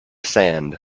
sand